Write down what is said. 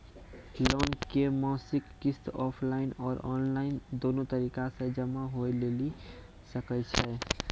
Loan के मासिक किस्त ऑफलाइन और ऑनलाइन दोनो तरीका से जमा होय लेली सकै छै?